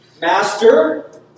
Master